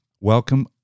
welcome